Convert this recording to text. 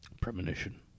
Premonition